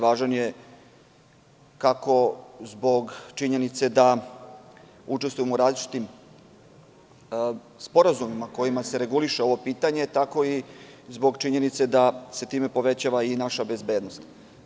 Važan je kako zbog činjenice da učestvujemo u različitim sporazumima kojima se reguliše ovo pitanje, tako i zbog činjenice da se time povećava i naša bezbednost.